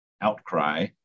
outcry